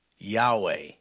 Yahweh